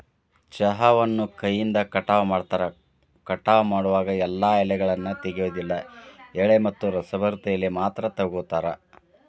ಚಹಾವನ್ನು ಕೈಯಿಂದ ಕಟಾವ ಮಾಡ್ತಾರ, ಕಟಾವ ಮಾಡೋವಾಗ ಎಲ್ಲಾ ಎಲೆಗಳನ್ನ ತೆಗಿಯೋದಿಲ್ಲ ಎಳೆ ಮತ್ತ ರಸಭರಿತ ಎಲಿ ಮಾತ್ರ ತಗೋತಾರ